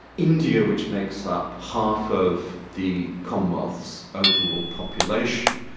india which makes up half of the commonwealth's overall population,